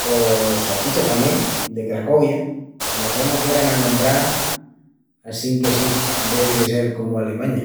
pos salchichas tamién, de Cracovia, me sona que eran anombrás assíinque sí, devi de sel comu Alemaña.